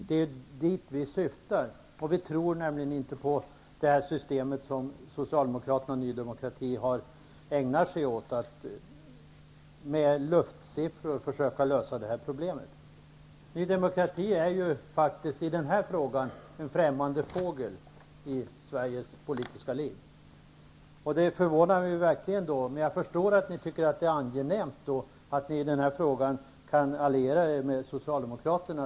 Det är dit vi syftar. Vi tror inte på det som Socialdemokraterna och Ny demokrati ägnar sig åt, att med luftsiffror försöka lösa detta problem. Ny demokrati är faktiskt i denna fråga en främmande fågel i Sveriges politiska liv. Jag förstår att ni tycker att det är angenämt att ni i denna fråga kan alliera er med Socialdemokraterna.